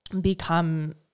become